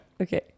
Okay